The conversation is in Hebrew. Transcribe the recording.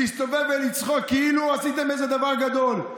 להסתובב ולצחוק כאילו עשיתם איזה דבר גדול.